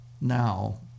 now